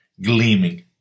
gleaming